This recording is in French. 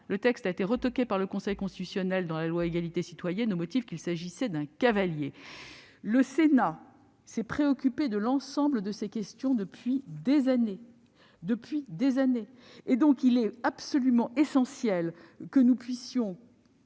le texte a été censuré par le Conseil constitutionnel dans la loi relative à l'égalité et à la citoyenneté au motif qu'il s'agissait d'un cavalier ! Le Sénat s'est préoccupé de l'ensemble de ces questions depuis des années. Il est donc absolument essentiel que nous puissions